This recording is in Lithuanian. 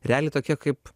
realiai tokie kaip